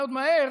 מאוד מהר,